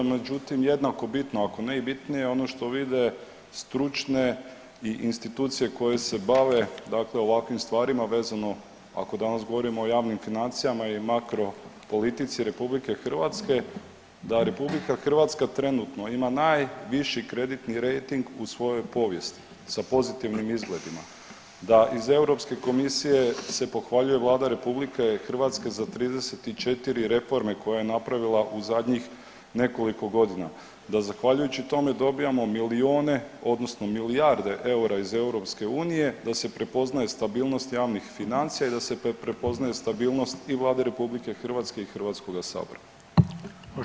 Međutim, jednako bitno ako ne i bitnije ono što vide stručne i institucije koje se bave ovakvim stvarima vezano ako danas govorimo o javnim financijama i makropolitici RH da RH trenutno ima najviši kreditni rejting u svojoj povijesti sa pozitivnim izgledima, da iz Europske komisije se pohvaljuje Vlada RH za 34 reforme koje je napravila u zadnjih nekoliko godina, da zahvaljujući tome dobijamo milijune odnosno milijarde eura iz EU da se prepoznaje stabilnost javnih financija i da se prepoznaje i stabilnost i Vlade RH i HS-a.